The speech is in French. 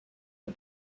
est